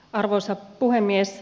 arvoisa puhemies